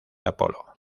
apolo